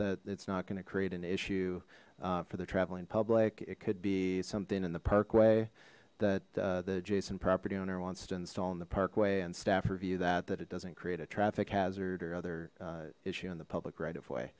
that it's not going to create an issue for the traveling public it could be something in the park way that the jason property owner wants to install in the parkway and staff review that that it doesn't create a traffic hazard or other issue in the public right of way